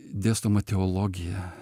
dėstoma teologija